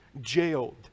jailed